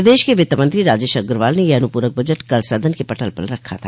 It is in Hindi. प्रदेश के वित्त मंत्री राजेश अग्रवाल ने यह अनुपूरक बजट कल सदन के पटल पर रखा था